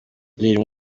lil